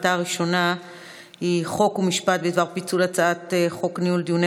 הצעה ראשונה היא בדבר פיצול הצעת חוק ניהול דיוני